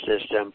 system